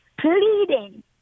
pleading